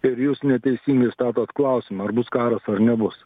ir jūs neteisingai statot klausimą ar bus karas ar nebus